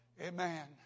Amen